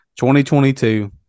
2022